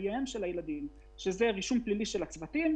חייהם של הילדים אם זה רישום פלילי של הצוותים,